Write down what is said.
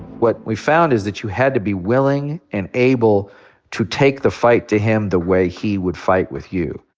what we found is that you had to be willing and able to take the fight to him the way he would fight with you.